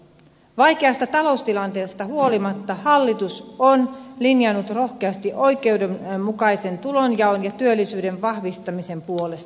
vaikeasta taloustilanteesta huolimatta hallitus on linjannut rohkeasti oikeudenmukaisen tulonjaon ja työllisyyden vahvistamisen puolesta